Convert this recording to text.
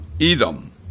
Edom